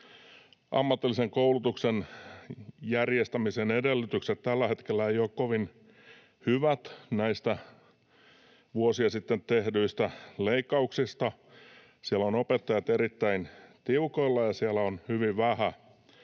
ammatillisen koulutuksen järjestämisen edellytykset tällä hetkellä eivät ole kovin hyvät näistä vuosia sitten tehdyistä leikkauksista johtuen. Siellä ovat opettajat erittäin tiukoilla, ja siellä on hyvin vähän